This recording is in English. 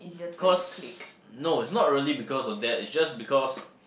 cause no it's not really because of that it's just because